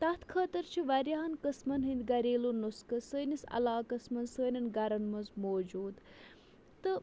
تَتھ خٲطرٕ چھِ واریاہَن قٕسمَن ہٕنٛدۍ گریلوٗ نُسخہٕ سٲنِس علاقَس منٛز سانٮ۪ن گَرَن منٛز موجوٗد تہٕ